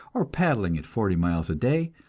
or paddling it forty miles a day.